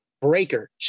Breaker